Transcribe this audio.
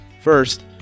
First